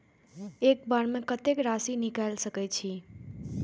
एक बार में कतेक राशि निकाल सकेछी?